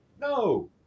no